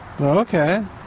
Okay